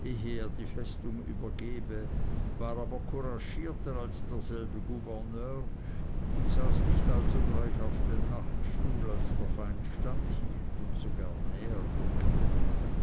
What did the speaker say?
die festung übergebe war aber kuraschierter als derselbe gouverneur und saß nicht allsogleich auf den nachtstuhl als der feind stand hielt und sogar